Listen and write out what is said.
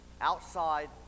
outside